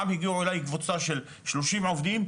פעם הגיעו אליי קבוצה של שלושים עובדים,